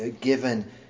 given